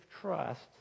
trust